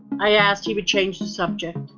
i asked you to change the subject.